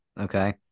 Okay